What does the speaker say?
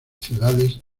ciudades